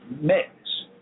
mix